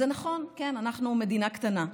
זה נכון, כן, אנחנו מדינה קטנה.